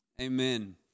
Amen